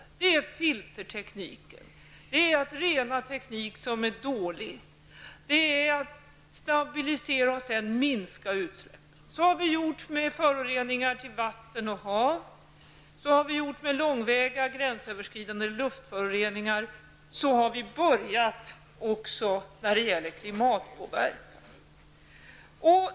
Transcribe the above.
Det innebär filterteknik, att förbättra teknik som fungerar dåligt och att först stabilisera och sedan minska utsläppen. Så har vi gjort med föroreningar i vatten och hav, så har vi gjort med långväga gränsöverskridande luftföroreningar och så har vi börjat när det gäller klimatpåverkan.